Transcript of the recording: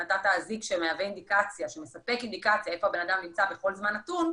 אם נתת אזיק שמספק אינדיקציה איפה הבן אדם נמצא בכל זמן נתון,